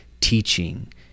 teaching